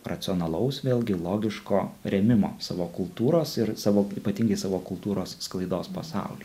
racionalaus vėlgi logiško rėmimo savo kultūros ir savo ypatingai savo kultūros sklaidos pasauly